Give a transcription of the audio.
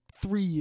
Three